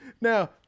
Now